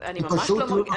זה פשוט לא נכון.